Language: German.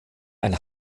ein